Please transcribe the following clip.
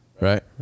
right